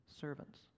servants